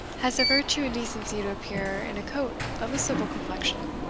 has the virtue and decency to appear in a coat of a civil complexion.